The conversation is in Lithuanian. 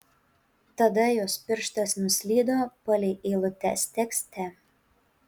tada jos pirštas nuslydo palei eilutes tekste